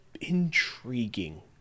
intriguing